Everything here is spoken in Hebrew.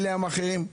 אלה המאכרים?